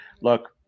look